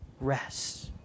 rest